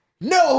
No